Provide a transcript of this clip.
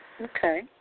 Okay